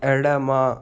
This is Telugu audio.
ఎడమ